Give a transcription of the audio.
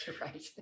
Right